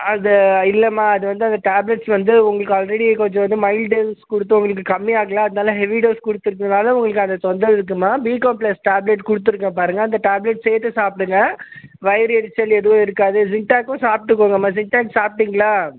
அது இல்லைம்மா அது வந்து அந்த டேப்லெட்ஸ் வந்து உங்களுக்கு ஆல்ரெடி கொஞ்சம் வந்து மைல்ட் டோஸ் கொடுத்து உங்களுக்கு கம்மியாகலை அதனால ஹெவி டோஸ் கொடுத்துருக்கறதால உங்களுக்கு அந்த தொந்தரவு இருக்கும்மா பீ காம்ப்ளஸ் டேப்லெட் கொடுத்துருக்கேன் பாருங்கள் அந்த டேப்லெட் சேர்த்து சாப்பிடுங்க வயிறு எரிச்சல் எதுவும் இருக்காது ஸின்ட்டேக்கும் சாப்பிட்டுக்கோங்கம்மா ஸின்ட்டேக் சாப்பிட்டிங்களா